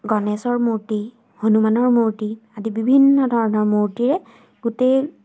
গণেশৰ মূৰ্তি হনুমানৰ মূৰ্তি আদি বিভিন্ন ধৰণৰ মূৰ্তিৰে গোটেই